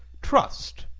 trust,